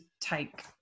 take